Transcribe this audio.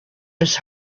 his